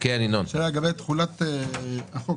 שאלה לגבי תחולת החוק.